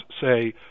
say